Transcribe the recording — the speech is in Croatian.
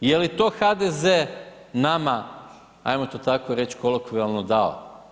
Je li to HDZ nama ajmo to tako reći, kolokvijalno dao?